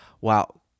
Wow